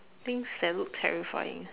things that look terrifying